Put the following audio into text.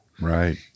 right